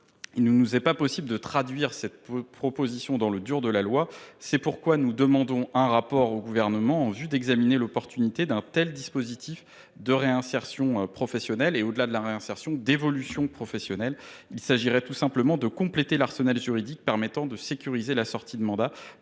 ne pouvions pas inscrire cette disposition dans le dur de la loi. C’est pourquoi nous demandons un rapport au Gouvernement en vue d’examiner l’opportunité d’un tel dispositif de réinsertion professionnelle et, au delà, d’évolution professionnelle. Il s’agirait tout simplement de compléter l’arsenal juridique permettant de sécuriser la sortie de mandat,